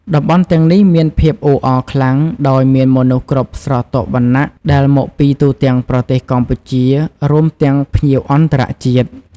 តំបន់ទាំងនេះមានភាពអ៊ូអរខ្លាំងដោយមានមនុស្សគ្រប់ស្រទាប់វណ្ណៈ ដែលមកពីទូទាំងប្រទេសកម្ពុជា រួមទាំងភ្ញៀវអន្តរជាតិ។